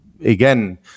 again